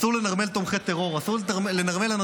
אסור לנרמל תומכי טרור.